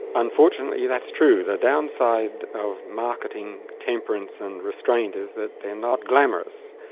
unfortunately that's true. the downside of marketing, temperance and restraint is that they're not glamorous.